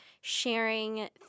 sharing